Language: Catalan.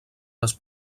les